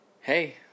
Hey